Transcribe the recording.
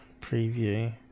preview